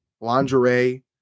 lingerie